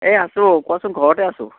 এই আছোঁ কোৱাচোন ঘৰতে আছোঁ